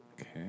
Okay